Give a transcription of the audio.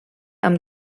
amb